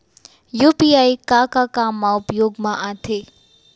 UPI का का काम मा उपयोग मा आथे?